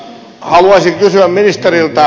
haluaisin kysyä ministeriltä